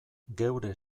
geure